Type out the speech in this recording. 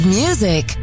music